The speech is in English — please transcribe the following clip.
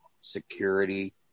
security